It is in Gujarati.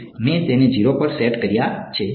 મેં તેમને 0 પર સેટ કર્યા છે